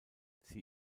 sie